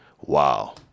Wow